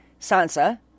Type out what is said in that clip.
Sansa